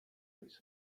piece